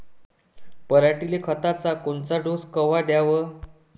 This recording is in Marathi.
पऱ्हाटीले खताचा कोनचा डोस कवा द्याव?